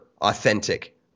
authentic